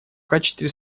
качестве